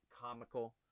comical